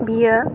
बियो